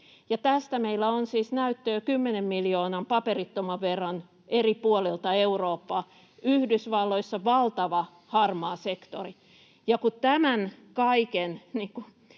Tästä meillä on siis näyttöä kymmenen miljoonan paperittoman verran eri puolilta Eurooppaa, ja Yhdysvalloissa on valtava harmaa sektori.